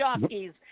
jockeys